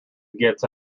gets